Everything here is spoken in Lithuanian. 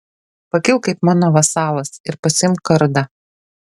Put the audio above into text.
pakilk kaip mano vasalas ir pasiimk kardą